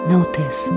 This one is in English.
Notice